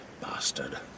Bastard